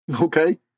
Okay